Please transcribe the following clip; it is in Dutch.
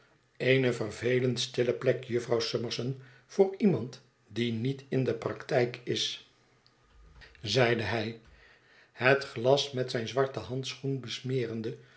eene vervelend stille plek jufvrouw summerson voor iemand die niet in de praktijk is zeide hij het glas met zijn zwarten